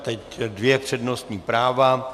Teď dvě přednostní práva.